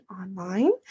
online